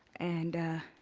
and